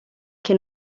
che